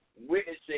Witnessing